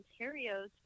ontario's